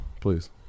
Please